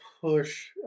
push